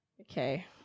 Okay